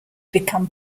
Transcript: become